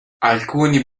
alcuni